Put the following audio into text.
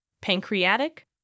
pancreatic